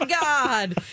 god